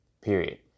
period